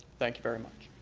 thank you very much.